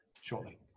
shortly